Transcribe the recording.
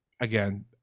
again